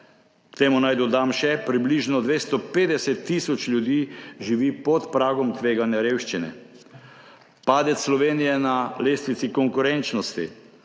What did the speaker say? temu naj dodam še približno 250 tisoč ljudi, ki živi pod pragom tveganja revščine. Padec Slovenije na lestvici konkurenčnosti,